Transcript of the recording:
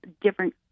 different